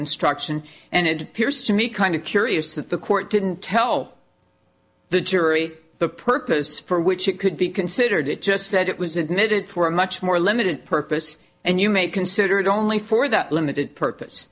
instruction and here's to me kind of curious that the court didn't tell the jury the purpose for which it could be considered it just said it was intended for a much more limited purpose and you may consider it only for that limited purpose